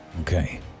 okay